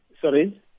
Sorry